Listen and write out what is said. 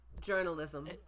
journalism